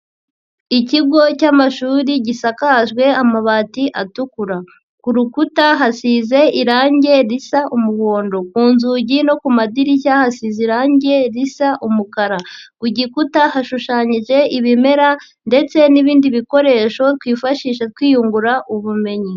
Ikigo cy'amashuri gisakajwe amabati atukura, ku rukuta hasize irangi risa umuhondo, ku nzugi no ku madirishya hasize irangi risa umukara, ku gikuta hashushanyije ibimera ndetse n'ibindi bikoresho twifashisha twiyungura ubumenyi.